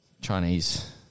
Chinese